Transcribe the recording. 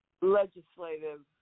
legislative